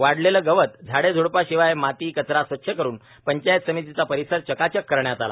वाढलेलं गवत झाडे झुडपां शिवाय माती कचरा स्वच्छ करून पंचायत समितीचा परिसर चकाचक करण्यात आला